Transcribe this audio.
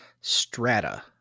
strata